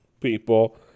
people